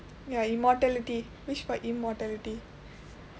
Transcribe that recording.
ya immortality wish for immortality